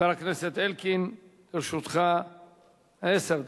חבר הכנסת אלקין, לרשותך עשר דקות.